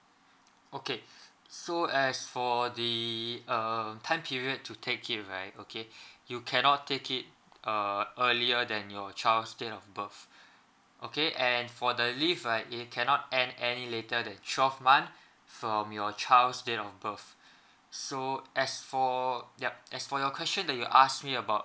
okay so as for the err time period to take it right okay you cannot take it err earlier than your child's date of birth okay and for the leave right it cannot end any later than twelve month from your child's date of birth so as for yup as for your question that you ask me about